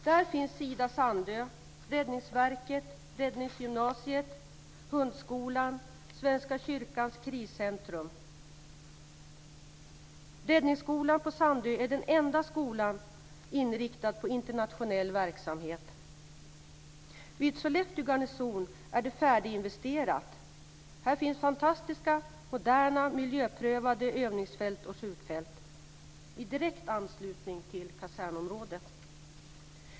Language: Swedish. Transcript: Där finns Sida Sandö, Räddningsverket, Räddningsgymnasiet, Hundskolan och Svenska kyrkans kriscentrum. Räddningsskolan på Sandö är den enda skola som är inriktad på internationell verksamhet. Vid Sollefteå garnison är det färdiginvesterat. Här finns fantastiska, moderna, miljöprövade övningsfält och skjutfält i direkt anslutning till kasernområdet.